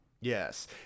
Yes